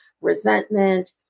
resentment